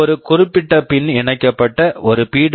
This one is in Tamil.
இது ஒரு குறிப்பிட்ட பின் pin இணைக்கப்பட்ட ஒரு பி